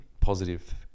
positive